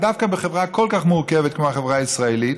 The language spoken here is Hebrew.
דווקא בחברה כל כך מורכבת כמו החברה הישראלית,